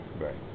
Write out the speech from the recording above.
right